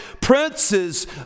Prince's